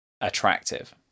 attractive